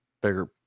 bigger